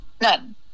None